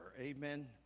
Amen